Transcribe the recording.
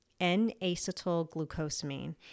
N-acetylglucosamine